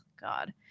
God